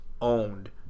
owned